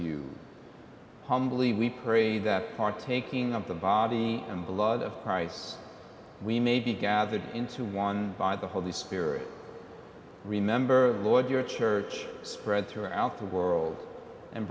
you humbly we pray that partaking of the body and blood of christ we may be gathered into one by the holy spirit remember the lord your church spread throughout the world and